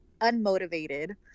unmotivated